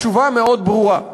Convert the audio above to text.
התשובה מאוד ברורה,